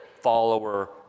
follower